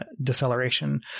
deceleration